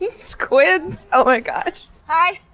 yeah squids! oh my gosh! hi,